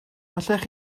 allech